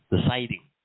deciding